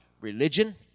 religion